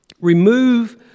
Remove